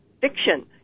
fiction